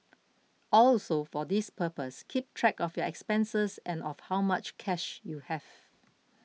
also for this purpose keep track of your expenses and of how much cash you have